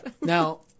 now